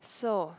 so